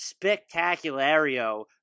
spectaculario